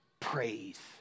praise